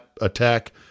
attack